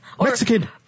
Mexican